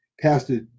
pastor